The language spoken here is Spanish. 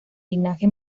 linaje